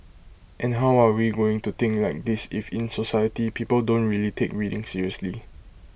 and how are we going to think like this if in society people don't really take reading seriously